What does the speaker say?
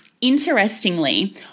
interestingly